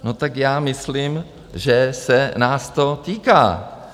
No tak já myslím, že se nás to týká.